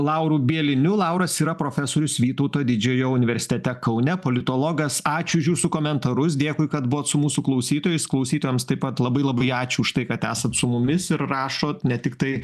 lauru bieliniu lauras yra profesorius vytauto didžiojo universitete kaune politologas ačiū už jūsų komentarus dėkui kad buvot su mūsų klausytojais klausytojams taip pat labai labai ačiū už tai kad esat su mumis ir rašot ne tiktai